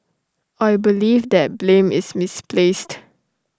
I believe that blame is misplaced